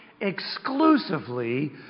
exclusively